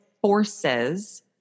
forces